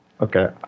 okay